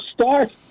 start